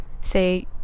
say